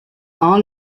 are